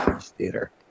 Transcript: Theater